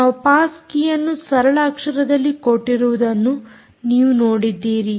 ನಾವು ಪಾಸ್ ಕೀಯನ್ನು ಸರಳ ಅಕ್ಷರದಲ್ಲಿ ಕೊಟ್ಟಿರುವುದನ್ನು ನೀವು ನೋಡಿದ್ದೀರಿ